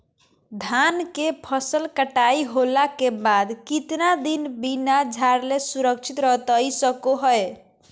धान के फसल कटाई होला के बाद कितना दिन बिना झाड़ले सुरक्षित रहतई सको हय?